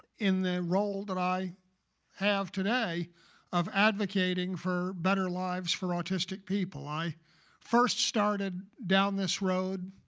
in the role that i have today of advocate ing for better lives for autistic people. i first started down this road